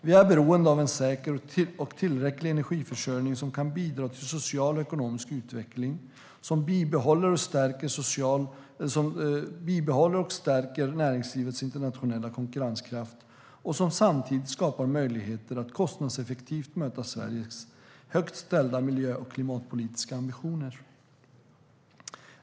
Vi är beroende av en säker och tillräcklig energiförsörjning som kan bidra till social och ekonomisk utveckling, som bibehåller och stärker näringslivets internationella konkurrenskraft och som samtidigt skapar möjligheter att kostnadseffektivt möta Sveriges högt ställda miljö och klimatpolitiska ambitioner.